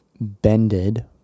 bended